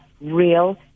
real